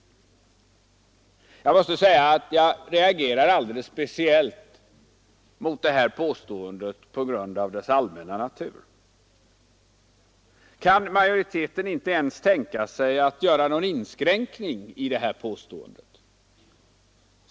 Jag reagerar alldeles speciellt mot detta påstående på grund av dess allmänna natur. Kan majoriteten inte ens tänka sig att göra någon inskränkning i det här påståendet?